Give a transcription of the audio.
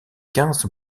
quinze